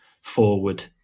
forward